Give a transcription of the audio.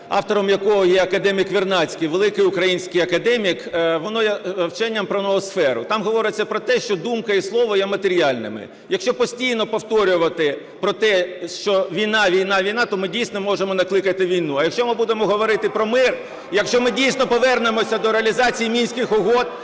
автором якого є академік Вернадський, великий український академік, вчення про ноосферу, там говориться про те, що думка і слово є матеріальними. Якщо постійно повторювати про те, що війна, війна, війна, то ми дійсно можемо накликати війну, а якщо ми будемо говорити про мир, якщо ми дійсно повернемося до реалізації Мінських угод,